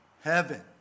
heaven